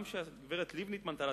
גם כשהגברת לבני התמנתה לתפקיד,